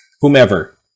whomever